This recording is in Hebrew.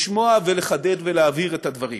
לשמוע, לחדד ולהבהיר את הדברים.